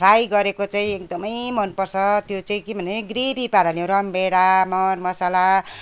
fry गरेको चाहिँ एकदमै मनपर्छ त्यो चाहिँ के भने ग्रेभी पाराले रमभेँडा मरमसाला